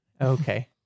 Okay